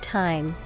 time